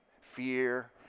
fear